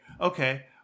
Okay